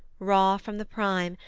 raw from the prime,